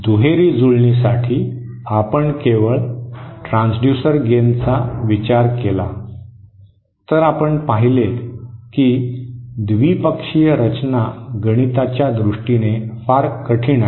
दुहेरी जुळणीसाठी आपण केवळ ट्रान्सड्यूसर गेन चा विचार केला तर आपण पाहिले की द्विपक्षीय रचना गणिताच्या दृष्टीने फार कठीण आहे